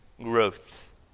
growth